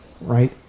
right